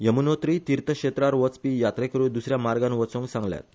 यमुनोत्री तिर्थक्षेत्रार वचपी यात्रेकरु दुसऱया मार्गान वचूंक सांगल्यात